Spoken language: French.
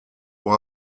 pour